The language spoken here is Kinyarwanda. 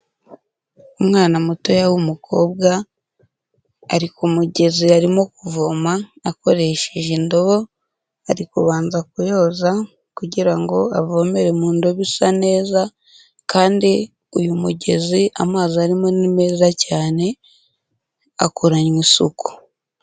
Umwana mutoya w'umukobwa ari ku mugezi arimo kuvoma akoresheje indobo, ari kubanza kuyoza kugira ngo avomere mu indobo isa neza kandi uyu mugezi amazi arimo ni meza cyane akoranywe isuku.